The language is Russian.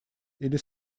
или